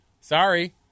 Sorry